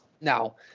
Now